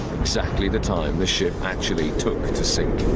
exactly the time the ship actually took sink.